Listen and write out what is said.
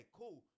cool